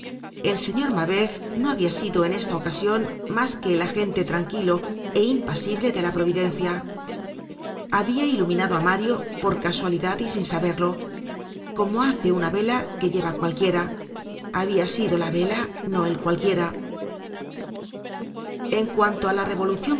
el señor mabeuf no habia sido en esta ocasion mas que el agente tranquilo é impasible de la providencia habia iluminado á mario por casualidad y sin saberlo como hace una vela que lleva cualquiera habia sido la vela no el cualquiera en cuanto á la revolucion